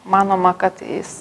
manoma kad jis